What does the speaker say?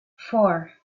four